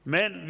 Men